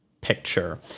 picture